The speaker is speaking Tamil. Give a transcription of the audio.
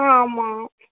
ஆ ஆமாம்